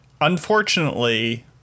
unfortunately